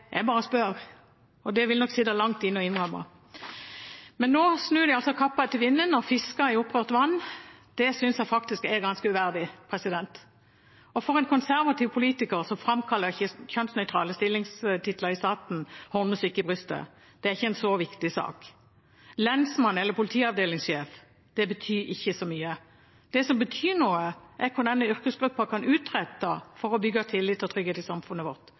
vil nok sitte langt inne å innrømme. Men nå snur de altså kappen etter vinden og fisker i opprørt vann. Det synes jeg faktisk er ganske uverdig. For en konservativ politiker framkaller ikke kjønnsnøytrale stillingstitler i staten hornmusikk i brystet. Det er ikke en så viktig sak – «lensmann» eller «politiavdelingssjef», det betyr ikke så mye. Det som betyr noe, er hva denne yrkesgruppen kan utrette for å bygge tillit og trygghet i samfunnet vårt.